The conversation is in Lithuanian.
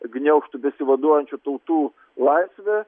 gniaužtų besivaduojančių tautų laisvę